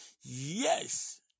Yes